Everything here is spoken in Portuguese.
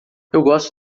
gosto